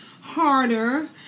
harder